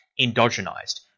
endogenized